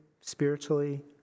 spiritually